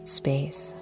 space